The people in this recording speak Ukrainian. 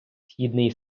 східний